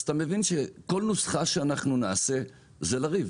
אז, אתה מבין שכל נוסחה שאנחנו נעשה זה לריב.